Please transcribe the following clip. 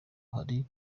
hari